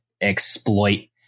exploit